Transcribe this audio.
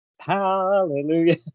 Hallelujah